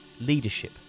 leadership